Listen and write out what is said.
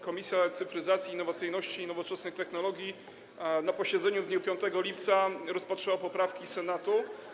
Komisja Cyfryzacji, Innowacyjności i Nowoczesnych Technologii na posiedzeniu w dniu 5 lipca rozpatrzyła poprawki Senatu.